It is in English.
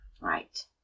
Right